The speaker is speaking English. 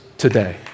Today